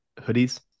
hoodies